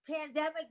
pandemic